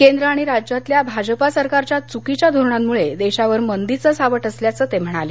केंद्र आणि राज्यातल्या भाजपा सरकारच्या चूकीच्या धोरणांमुळे देशावर मंदीचं सावट असल्याचं ते म्हणाले